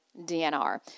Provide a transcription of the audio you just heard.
DNR